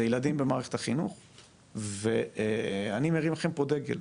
זה ילדים במערכת החינוך ואני מרים לכם עכשיו פה דגל,